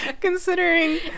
Considering